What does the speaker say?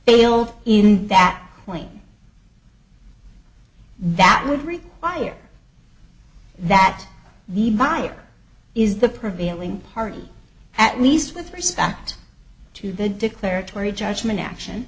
milk in that point that would require that the buyer is the prevailing party at least with respect to the declaratory judgment action